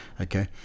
Okay